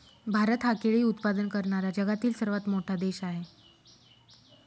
भारत हा केळी उत्पादन करणारा जगातील सर्वात मोठा देश आहे